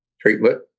treatment